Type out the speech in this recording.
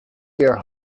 year